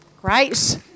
Great